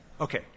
Okay